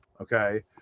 Okay